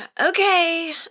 Okay